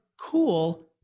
cool